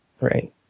right